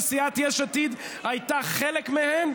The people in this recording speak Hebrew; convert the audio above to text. שסיעת יש עתיד הייתה חלק מהן,